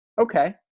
okay